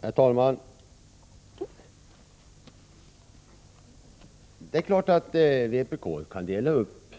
Herr talman! Det är klart att vpk:s ledamöter mellan sig kan dela upp